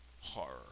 horror